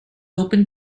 open